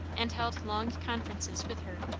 and held long conferences with her.